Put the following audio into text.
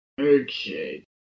Okay